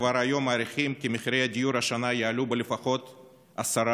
וכבר היום מעריכים כי מחירי הדיור השנה יעלו לפחות ב-10%.